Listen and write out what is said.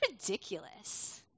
ridiculous